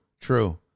True